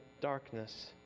darkness